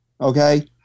Okay